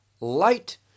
light